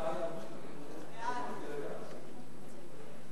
סעיפים 1